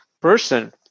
person